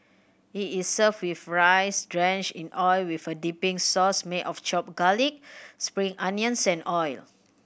it is served with rice drenched in oil with a dipping sauce made of chopped garlic spring onions and oil